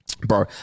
bro